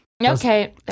Okay